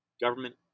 government